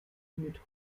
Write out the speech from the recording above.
mit